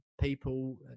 people